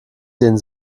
sehen